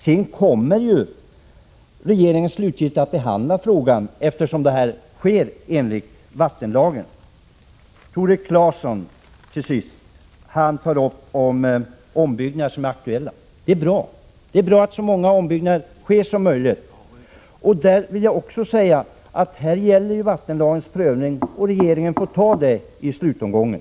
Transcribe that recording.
Sedan kommer regeringen slutgiltigt att behandla frågan, eftersom det här sker enligt vattenlagen. Tore Claeson slutligen tar upp de ombyggnader som är aktuella. Det är bra att det sker så många ombyggnader som möjligt. Också här sker prövning enligt vattenlagen, och regeringen får ta besluten i slutomgången.